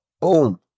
Boom